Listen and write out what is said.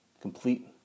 Complete